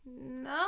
No